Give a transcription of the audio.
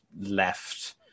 left